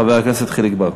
חבר הכנסת חיליק בר.